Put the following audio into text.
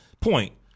point